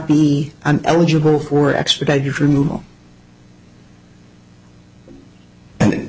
be eligible for extra bedroom and